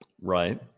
Right